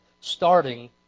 starting